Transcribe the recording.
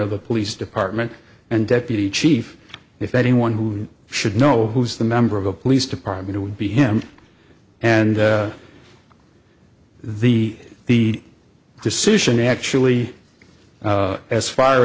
of the police department and deputy chief if anyone who should know who's the member of a police department would be him and the the decision actually as far